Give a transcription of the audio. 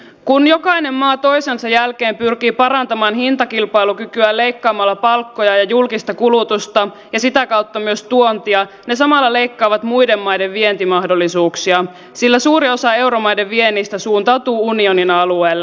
kun jokainen maa toisensa jälkeen pyrkii parantamaan hintakilpailukykyään leikkaamalla palkkoja ja julkista kulutusta ja sitä kautta myös tuontia ne samalla leikkaavat muiden maiden vientimahdollisuuksia sillä suuri osa euromaiden viennistä suuntautuu unionin alueelle